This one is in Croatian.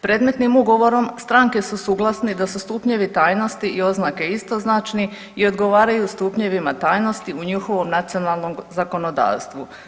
Predmetnim ugovorom stranke su suglasni da su stupnjevi tajnosti i oznake istoznačni i odgovaraju stupnjevima tajnosti u njihovom nacionalnom zakonodavstvu.